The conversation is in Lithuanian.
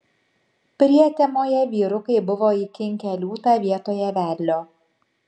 prietemoje vyrukai buvo įkinkę liūtą vietoje vedlio